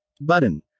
Button